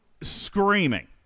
screaming